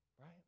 right